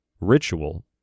ritual